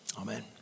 Amen